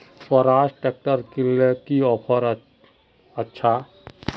Swaraj tractor किनले की offer अच्छा?